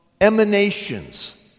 emanations